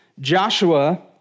Joshua